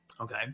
Okay